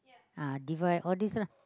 ah divide all these lah